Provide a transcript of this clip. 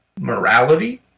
morality